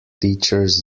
teachers